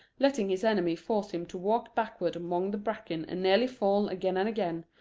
letting his enemy force him to walk backward among the bracken and nearly fall again and again,